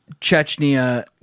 Chechnya